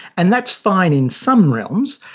and that's fine in some realms,